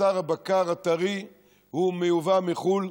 בשר הבקר הטרי מיובא מחו"ל,